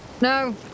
No